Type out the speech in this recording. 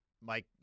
Mike